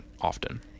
often